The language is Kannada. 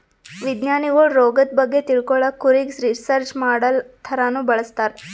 ವಿಜ್ಞಾನಿಗೊಳ್ ರೋಗದ್ ಬಗ್ಗೆ ತಿಳ್ಕೊಳಕ್ಕ್ ಕುರಿಗ್ ರಿಸರ್ಚ್ ಮಾಡಲ್ ಥರಾನೂ ಬಳಸ್ತಾರ್